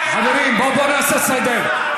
חברים, בואו נעשה סדר.